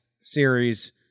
series